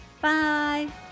Bye